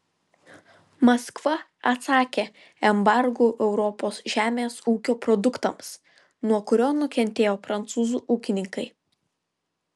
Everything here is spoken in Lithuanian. maskva atsakė embargu europos žemės ūkio produktams nuo kurio nukentėjo prancūzų ūkininkai